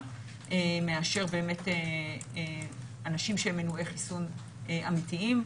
מאשר באמת אנשים שהם מנועי-חיסון אמיתיים.